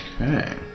Okay